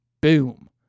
Boom